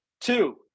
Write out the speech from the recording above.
Two